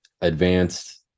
advanced